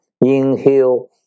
Inhale